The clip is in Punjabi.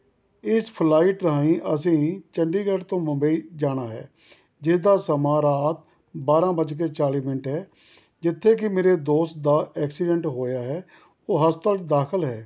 ਇਸ ਫਲਾਈਟ ਰਾਹੀਂ ਅਸੀਂ ਚੰਡੀਗੜ੍ਹ ਤੋਂ ਮੁੰਬਈ ਜਾਣਾ ਹੈ ਜਿਸ ਦਾ ਸਮਾਂ ਰਾਤ ਬਾਰ੍ਹਾਂ ਵੱਜ ਕੇ ਚਾਲ਼ੀ ਮਿੰਟ ਹੈ ਜਿੱਥੇ ਕਿ ਮੇਰੇ ਦੋਸਤ ਦਾ ਐਕਸੀਡੈਂਟ ਹੋਇਆ ਹੈ ਉਹ ਹਸਪਤਾਲ 'ਚ ਦਾਖਲ ਹੈ